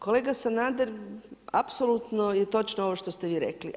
Kolega Sanader apsolutno je točno ovo što ste vi rekli.